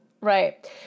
right